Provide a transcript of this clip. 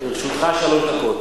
לרשותך שלוש דקות.